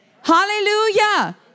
Hallelujah